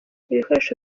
ibikoresho